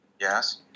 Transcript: Yes